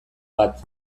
bat